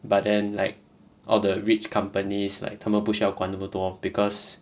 but then like all the rich companies like 他们不需要管那么多 because